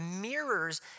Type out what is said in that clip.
mirrors